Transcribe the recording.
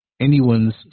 Anyone's